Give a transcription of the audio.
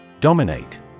Dominate